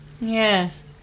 Yes